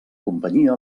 companyia